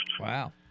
Wow